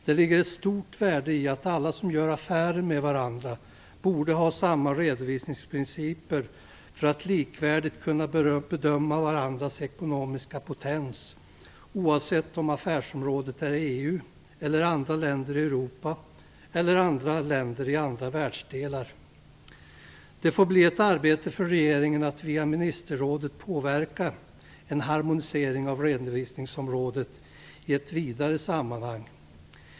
Det ligger ett stort värde i att alla som gör affärer med varandra borde ha samma redovisningsprinciper för att likvärdigt kunna bedöma varandras ekonomiska potens, oavsett om affärsområdet är EU, andra länder i Europa eller andra länder i andra världsdelar. Det får bli ett arbete för regeringen att via ministerrådet verka för en harmonisering av redovisningsområdet i ett vidare sammanhang.